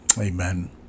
Amen